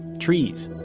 trees.